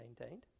maintained